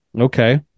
Okay